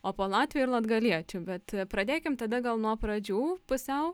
o po latvių ir latgaliečių bet pradėkim tada gal nuo pradžių pusiau